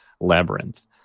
labyrinth